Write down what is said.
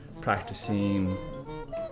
practicing